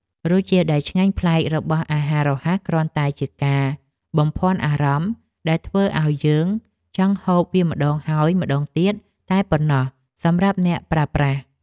រសជាតិដែលឆ្ងាញ់ប្លែករបស់អាហាររហ័សគ្រាន់តែជាការបំភាន់អារម្មណ៍ដែលធ្វើឲ្យយើងចង់ហូបវាម្តងហើយម្តងទៀតតែប៉ុណ្ណោះសម្រាប់អ្នកប្រើប្រាស់។